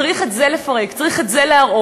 צריך את זה לפרק, צריך את זה להראות.